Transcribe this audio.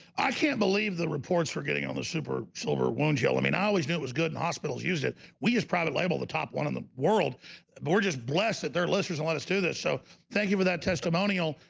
i can't believe the reports for getting on the super silver wound gel i mean, i always knew it was good in hospitals use it we as private label the top one in the world board just blessed that their listeners and let us do this so thank you for that testimonial.